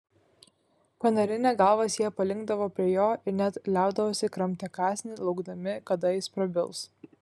panarinę galvas jie palinkdavo prie jo ir net liaudavosi kramtę kąsnį laukdami kada jis prabils